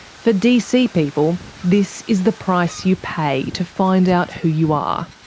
for dc people, this is the price you pay to find out who you are.